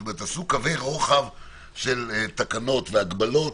זאת אומרת, עשו קווי רוחב של תקנות והגבלות,